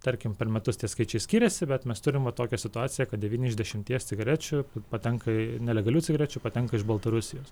tarkim per metus tie skaičiai skiriasi bet mes turim va tokią situaciją kad devyni iš dešimties cigarečių patenka į nelegalių cigarečių patenka iš baltarusijos